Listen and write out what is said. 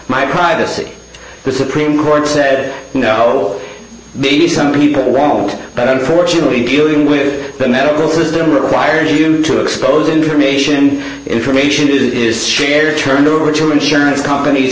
my privacy the supreme court said you know maybe some people but unfortunately dealing with the medical system requires you to expose information information that is shared turned over to insurance companies